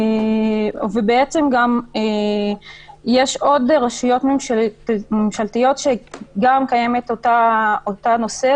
בעצם יש עוד רשויות ממשלתיות שגם קיים אותו נושא.